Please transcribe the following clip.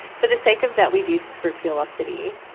for the sake of that we did scrupulosity,